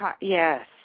Yes